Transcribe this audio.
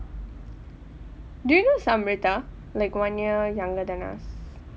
do you know some like one year younger than us